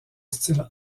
style